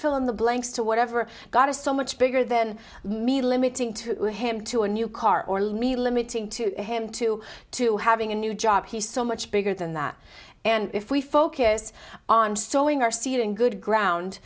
fill in the blanks to whatever god is so much bigger than me lou getting to him to a new car or let me limiting to him two to having a new job he's so much bigger than that and if we focus on sowing our seed in good ground